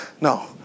No